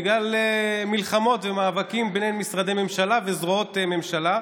בגלל מלחמות ומאבקים בין משרדי ממשלה וזרועות ממשלה.